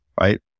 right